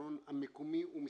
שהפתרון המקומי הוא מספק.